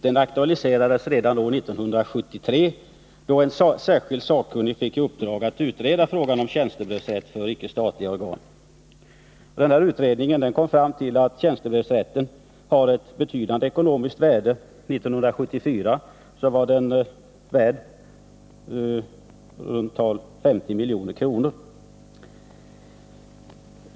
Den aktualiserades redan år 1973, då en statsverksamheten, särskild sakkunnig fick i uppdrag att utreda frågan om tjänstebrevsrätten för» m. icke statliga organ. Denna utredning kom fram till att tjänstebrevsrätten har ett betydande ekonomiskt värde. 1974 var den värd i runt tal 50 milj.kr.